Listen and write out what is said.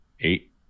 eight